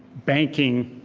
banking